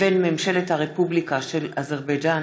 מכלוף מיקי זוהר, אחמד טיבי,